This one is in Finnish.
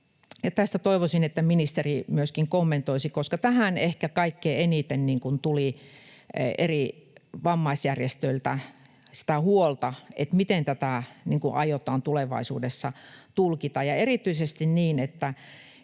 Tätä toivoisin, että ministeri myöskin kommentoisi, koska tähän ehkä kaikkein eniten tuli eri vammaisjärjestöiltä sitä huolta, että miten tätä aiotaan tulevaisuudessa tulkita ja erityisesti millä